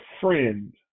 friend